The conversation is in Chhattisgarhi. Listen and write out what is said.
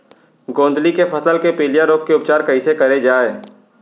गोंदली के फसल के पिलिया रोग के उपचार कइसे करे जाये?